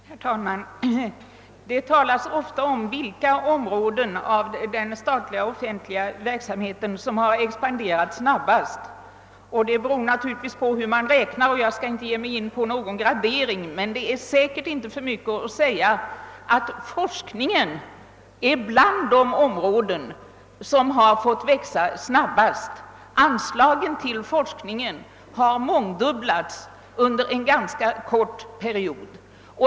Herr talman! Det talas ofta om vilka områden av den statliga offentliga verksamheten som har expanderat snabbast. Det beror naturligtvis på hur man räknar, och jag skall inte ge mig in på någon gradering. Det är säkert inte för mycket sagt att forskningen tillhör de områden som har fått växa snabbast. Anslagen till forskningen har mångdubblats under en ganska kort period.